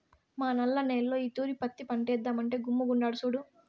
మా నల్ల నేల్లో ఈ తూరి పత్తి పంటేద్దామంటే గమ్ముగుండాడు సూడు